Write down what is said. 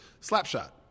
Slapshot